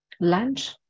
lunch